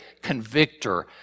convictor